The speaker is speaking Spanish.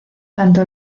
tanto